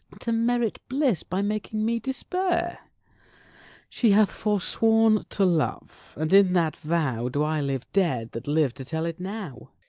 to merit bliss by making me despair she hath forsworn to love and in that vow do i live dead that live to tell it now.